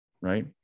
right